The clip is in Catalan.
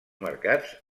mercats